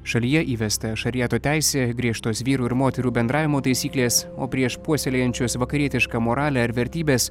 šalyje įvesta šariato teisė griežtos vyrų ir moterų bendravimo taisyklės o prieš puoselėjančius vakarietišką moralę ar vertybes